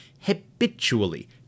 habitually